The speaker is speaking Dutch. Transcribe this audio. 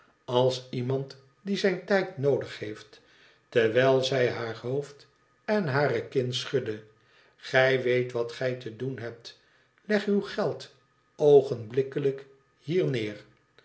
als iemand die zijn tijd noodig heeft terwijl zij haar hoofd en hare kin schudde igij weet wat gij te doen hebt leg uw geld oogenblikkelijk hier neer